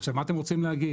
עכשיו מה אתם רוצים להגיד?